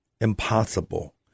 impossible